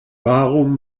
warum